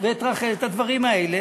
ואת רח"ל, את הדברים האלה,